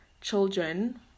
children